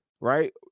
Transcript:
right